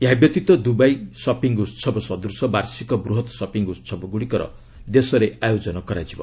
ଏହା ବ୍ୟତୀତ Dubai shopping ଉତ୍ସବ ସଦୂଶ ବାର୍ଷିକ ବୃହତ୍ ସପିଙ୍ଗ୍ ଉହବଗୁଡ଼ିକର ଦେଶରେ ଆୟୋଜନ କରାଯିବ